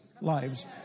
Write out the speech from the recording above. lives